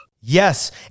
Yes